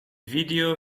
video